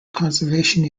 conservation